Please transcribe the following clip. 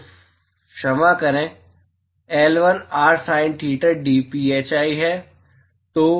उफ़ क्षमा करें L1 r sin theta dphi है